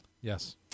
Yes